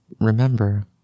remember